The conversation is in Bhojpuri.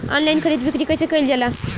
आनलाइन खरीद बिक्री कइसे कइल जाला?